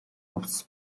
хувцас